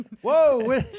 Whoa